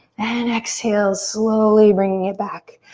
and exhale, slowly bringing it back.